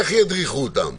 איך ידריכו אותם.